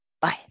bye